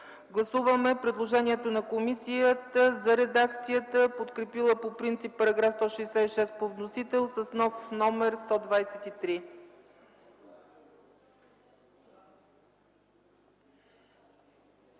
Гласуваме предложението на комисията за редакцията, подкрепила по принцип § 166 по вносител с нов номер 123.